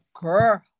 girl